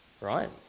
right